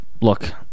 look